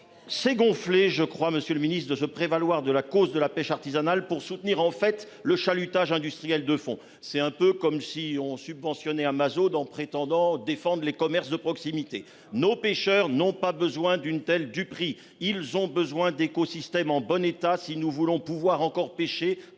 C'est gonflé je crois Monsieur le Ministre de se prévaloir de la cause de la pêche artisanale pour soutenir en fait le chalutage industriel de fond, c'est un peu comme si on subventionnés Amazon en prétendant défendent les commerces de proximité nos pêcheurs n'ont pas besoin d'une telle du prix, ils ont besoin d'écosystème en bonne état si nous voulons pouvoir encore péché